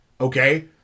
Okay